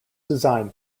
designed